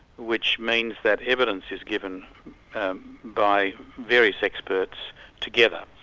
which means that evidence is given by various experts together,